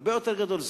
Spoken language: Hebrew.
הרבה יותר גדול.